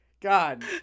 God